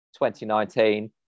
2019